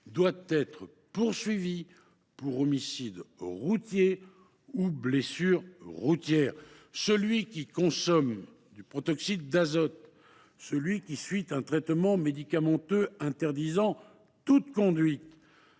doit être poursuivi pour homicide routier ou blessures routières. Celui qui consomme du protoxyde d’azote, celui qui suit un traitement médicamenteux interdisant toute conduite,